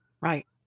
right